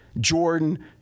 Jordan